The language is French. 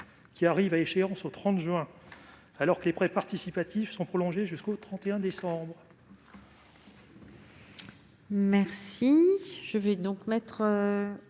qui arrive à échéance au 30 juin, alors que les prêts participatifs sont prolongés jusqu'au 31 décembre.